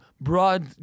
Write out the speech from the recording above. broad